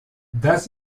does